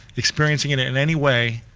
experiencing it it and anyway,